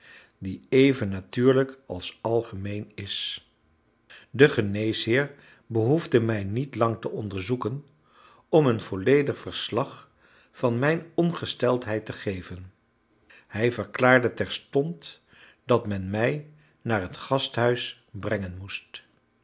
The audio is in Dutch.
die even natuurlijk als algemeen is de geneesheer behoefde mij niet lang te onderzoeken om een volledig verslag van mijn ongesteldheid te geven hij verklaarde terstond dat men mij naar het gasthuis brengen moest